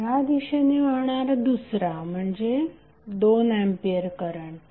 ह्या दिशेने वाहणारा दुसरा म्हणजे 2A करंट